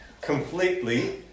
completely